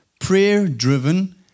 prayer-driven